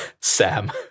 Sam